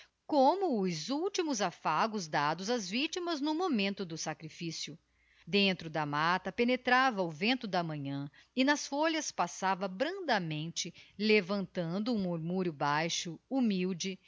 como os últimos afagos dados ás anctimas no momento do sacrifício dentro da matta penetrava o vento da manjiã e nas íolhas passava brandamente levantando um murmúrio baixo humilde